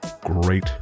great